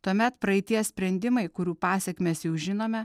tuomet praeities sprendimai kurių pasekmes jau žinome